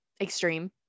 extreme